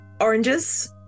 oranges